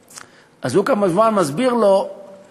הוא, כמובן, מסביר לו שבלי